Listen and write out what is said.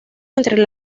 entre